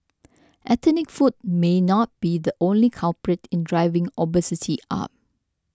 ethnic food may not be the only culprit in driving obesity up